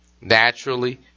Naturally